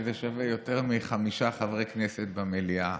האלה שווה יותר מחמישה חברי כנסת במליאה,